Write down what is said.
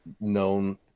known